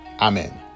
Amen